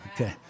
Okay